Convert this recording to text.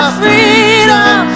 freedom